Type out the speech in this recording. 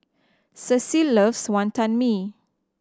Cecile loves Wonton Mee